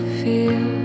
feel